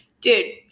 Dude